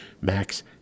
Max